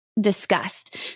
discussed